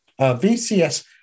VCS